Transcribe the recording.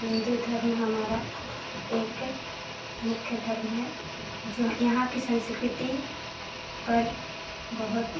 हिन्दू धर्म हमारा एक मुख्य धर्म है जो यहाँ की संस्कृति पर बहुत